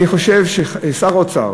אני חושב ששר האוצר,